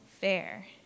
fair